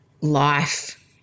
life